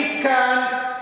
אני כאן,